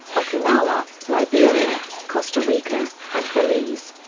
okinawa, liberia, costa rica, and belize.